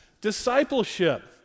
discipleship